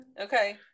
Okay